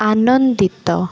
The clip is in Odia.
ଆନନ୍ଦିତ